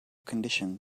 condition